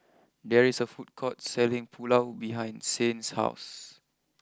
there is a food court selling Pulao behind Saint's house